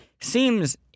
seems